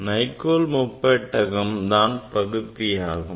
Nicol முப்பட்டகம் தான் பகுப்பியாகும்